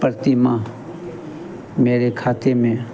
प्रति माह मेरे खाते में